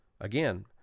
again